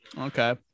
Okay